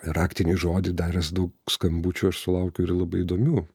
raktinį žodį daręs daug skambučių aš sulaukiu ir labai įdomių